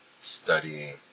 studying